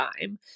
time